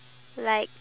but